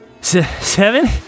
Seven